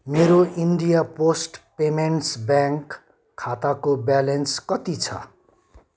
मेरो India Post Payments Bank खाताको balance कति छ